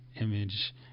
image